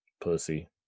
Pussy